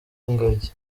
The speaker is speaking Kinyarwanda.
ingagi